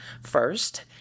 first